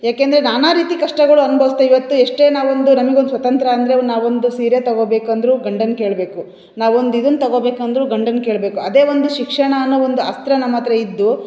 ಏಕೆಂದರೆ ನಾನಾ ರೀತಿ ಕಷ್ಟಗಳು ಅನ್ಬೌವಿಸ್ತಾ ಇವತ್ತು ಎಷ್ಟೇ ನಾವೊಂದು ನಮಿಗೊಂದು ಸ್ವತಂತ್ರ ಅಂದರೆ ನಾವೊಂದು ಸೀರೆ ತೊಗೊಬೇಕಂದರು ಗಂಡನ್ನ ಕೇಳಬೇಕು ನಾವೊಂದು ಇದುನ್ನ ತೊಗೊಬೇಕಂದರು ಗಂಡನ್ನ ಕೇಳಬೇಕು ಅದೇ ಒಂದು ಶಿಕ್ಷಣ ಅನ್ನೋ ಒಂದು ಅಸ್ತ್ರ ನಮ್ಮ ಹತ್ರ ಇದ್ದು